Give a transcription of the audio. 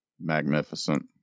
magnificent